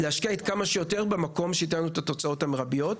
להשקיע כמה שיותר במקום שייתן את התוצאות המרביות.